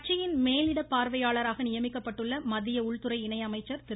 கட்சியின் மேலிட பார்வையாளராக நியமிக்கப்பட்டுள்ள மத்திய உள்துறை இணையமைச்சர் திரு